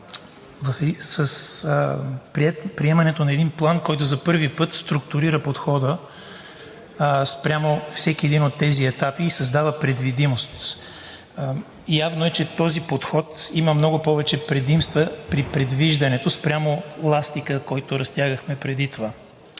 приемането на един план, който за първи път структурира подхода спрямо всеки един от тези етапи и създава предвидимост. Явно е, че този подход има много повече предимства при предвиждането спрямо ластика, който разтягахме преди това,